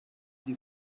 die